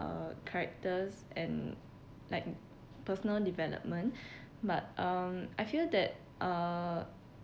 uh characters and like personal development but um I feel that uh